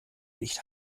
nicht